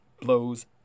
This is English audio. Blows